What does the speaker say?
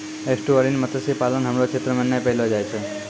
estuarine मत्स्य पालन हमरो क्षेत्र मे नै पैलो जाय छै